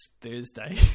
Thursday